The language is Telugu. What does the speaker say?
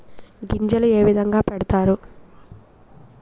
గింజలు ఏ విధంగా పెడతారు?